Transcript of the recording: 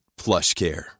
PlushCare